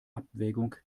abwägung